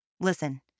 Listen